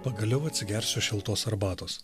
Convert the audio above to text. pagaliau atsigersiu šiltos arbatos